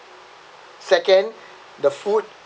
second the food